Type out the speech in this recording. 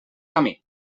camí